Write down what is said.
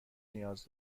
نیاز